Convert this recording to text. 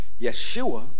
Yeshua